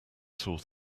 sore